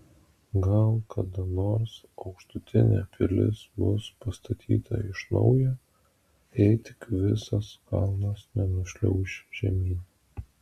gal kada nors aukštutinė pilis bus pastatyta iš naujo jei tik visas kalnas nenušliauš žemyn